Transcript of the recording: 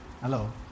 Hello